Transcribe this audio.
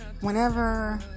whenever